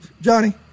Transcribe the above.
Johnny